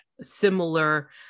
similar